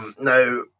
Now